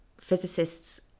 physicists